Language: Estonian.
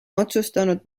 otsustanud